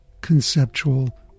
conceptual